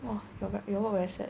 !wah! rabak your work very sad